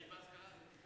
היית באזכרה?